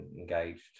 engaged